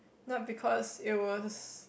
not because it was